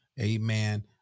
amen